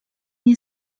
nie